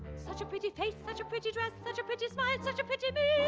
such a pretty face, such a pretty dress, such a pretty smile, such a pretty me!